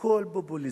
הכול פופוליזם.